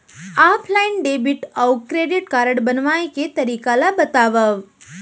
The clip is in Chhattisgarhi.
ऑफलाइन डेबिट अऊ क्रेडिट कारड बनवाए के तरीका ल बतावव?